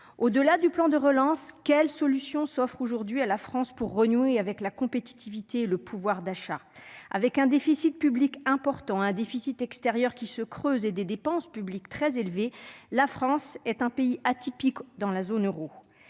Au-delà du plan de relance, quelles solutions s'offrent aujourd'hui à la France pour renouer avec la compétitivité et le pouvoir d'achat ? Avec un déficit public important, un déficit extérieur qui se creuse et des dépenses publiques très élevées, la France est un pays atypique au sein de la zone euro.